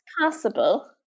possible